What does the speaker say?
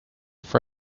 for